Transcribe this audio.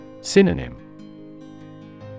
Synonym